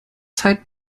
zeit